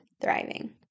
thriving